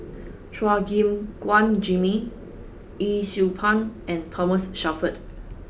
Chua Gim Guan Jimmy Yee Siew Pun and Thomas Shelford